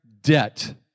debt